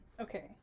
Okay